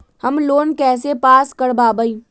Home loan कैसे pass कर बाबई?